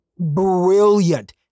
brilliant